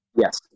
Yes